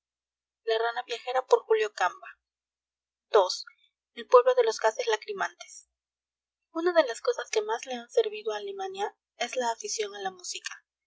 ii el pueblo de los gases lacrimantes una de las cosas que más le han servido a alemania es la afición a la música